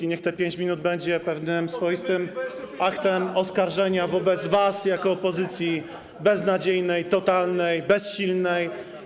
i niech te 5 minut będzie pewnym swoistym aktem oskarżenia wobec was jako opozycji beznadziejnej, totalnej, bezsilnej.